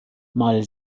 mal